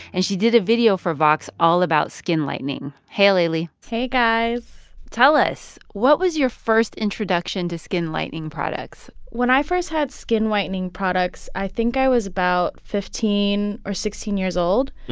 and she did a video for vox all about skin lightening. hey, aleli hey, guys tell us, what was your first introduction to skin-lightening products? when i first had skin-whitening products, i think i was about fifteen or sixteen years old.